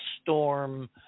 storm